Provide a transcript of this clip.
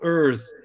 earth